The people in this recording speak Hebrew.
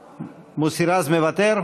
מוותר?